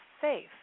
safe